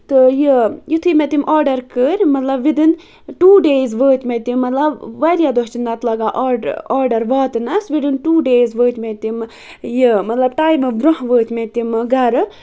تہٕ یہِ یِتھُے مےٚ تِم آرڈر کٔر مطلب وِدِنۍ ٹوٗ ڈیز وٲتۍ مےٚ تِم مطلب واریاہ دۄہ چھِ نہ تہٕ لگان آرڈر آرڈر واتنَس وِدٔنۍ ٹوٗ ڈیز وٲتۍ مےٚ تِم یہِ مطلب ٹایمہٕ برونٛہہ وٲتۍ مےٚ تِم گرٕ